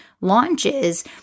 launches